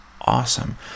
awesome